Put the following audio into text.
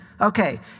Okay